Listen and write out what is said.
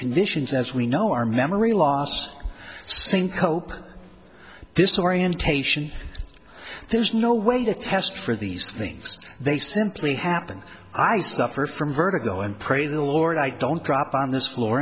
conditions as we know our memory loss i think open disorientation there's no way to test for these things they simply happen i suffer from vertigo and praise the lord i don't drop on this floor